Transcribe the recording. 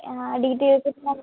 ആ ഡീറ്റെയിൽസ് ഇപ്പം